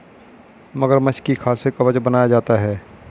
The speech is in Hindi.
मगरमच्छ की खाल से कवच बनाया जाता है